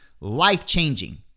life-changing